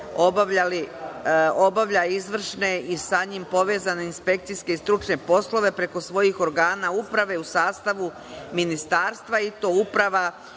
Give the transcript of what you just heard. obavljao izvršne i sa njim povezane inspekcijske i stručne poslove preko svojih organa uprave u sastavu Ministarstva, i to Uprava